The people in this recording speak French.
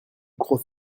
gros